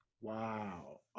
wow